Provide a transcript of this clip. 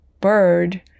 bird